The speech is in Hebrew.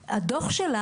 בדוח.